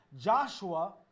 Joshua